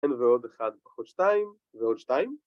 ועוד אחד פחות שתיים ועוד שתיים